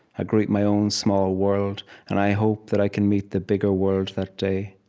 i greet my own small world and i hope that i can meet the bigger world that day.